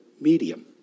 medium